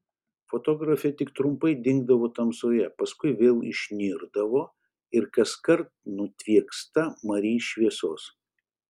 fotografė tik trumpai dingdavo tamsoje paskui vėl išnirdavo ir kaskart nutvieksta mari šviesos